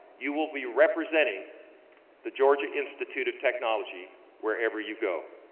you will be representing the georgia institute of technology wherever you go.